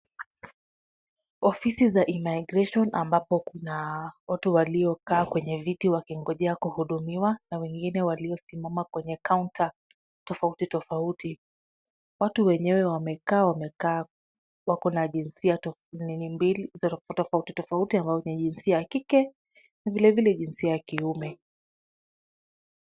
Ofisi za immigration ambapo kuna watu waliokaa kwenye viti wakingojea kuhudumiwa na wengine waliosimama kwenye kaunta tofauti tofauti. Watu wenyewe wamekaa wamekaa, wako na jinsia tofauti mbili, tofauti tofauti ambazo ni jinsia ya kike na vilevile jinsia ya kiume.